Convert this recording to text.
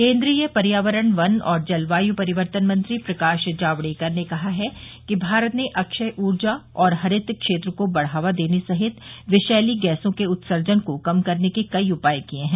केन्द्रीय पर्यावरण वन और जलवायु परिवर्तन मंत्री प्रकाश जावड़ेकर ने कहा है कि भारत ने अक्षय ऊर्जा और हरित क्षेत्र को बढ़ावा देने सहित विषैली गैसों के उत्सर्जन को कम करने के कई उपाय किये हैं